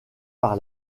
par